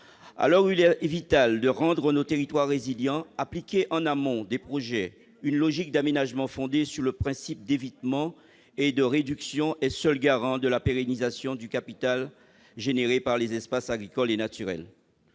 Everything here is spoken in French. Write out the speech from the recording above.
où il est vital de rendre nos territoires résilients, l'application, en amont des projets, d'une logique d'aménagement fondée sur le principe d'évitement et de réduction est seule garante de la pérennisation du capital représenté par les espaces agricoles et naturels.